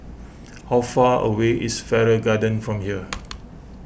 how far away is Farrer Garden from here